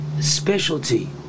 specialty